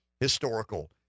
historical